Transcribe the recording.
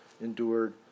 endured